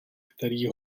který